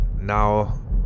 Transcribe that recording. now